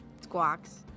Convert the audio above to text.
squawks